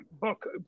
book